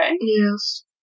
Yes